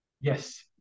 Yes